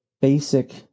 basic